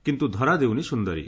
କିନ୍ତୁ ଧରାଦେଉନି ସୁନ୍ଦରୀ